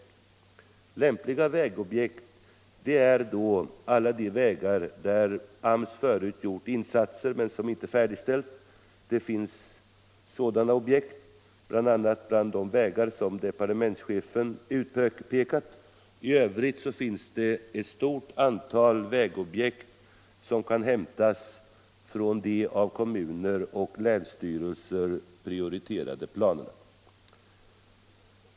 Lämpliga vägobjekt är då alla de vägar där AMS förut har gjort insatser men där arbetena inte färdigställts. Det finns sådana objekt, t.ex. bland de vägar som departementschefen har utpekat. I övrigt finns det ett stort antal vägobjekt som kan hämtas från de av kommuner och länsstyrelser prioriterade planerna.